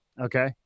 Okay